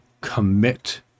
commit